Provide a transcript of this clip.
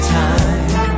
time